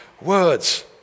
words